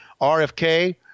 rfk